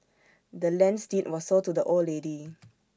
the land's deed was sold to the old lady